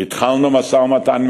כבוד נשיא המדינה שמעון